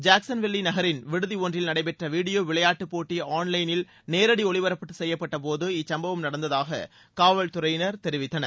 ஜேக்சன்ஸ்வின் நகரின் விடுதி ஒன்றில் நடைபெற்ற வீடியோ விளையாட்டுப் போட்டி ஆன் லைனில் நேரடி ஒளிபரப்பு செய்யப்பட்டபோது இந்த சும்பவம் நடந்ததாக காவல் துறையினர் தெரிவித்தனர்